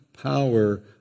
power